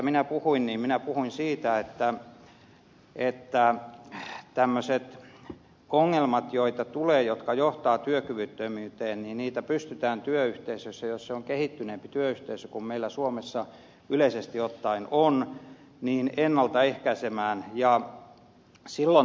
minä puhuin siitä että tämmöisiä ongelmia joita tulee ja jotka johtavat työkyvyttömyyteen pystytään työyhteisössä jos se on kehittyneempi työyhteisö kuin meillä suomessa yleisesti ottaen on ennalta ehkäisemään ja silloin tämmöisiä niin kuin ed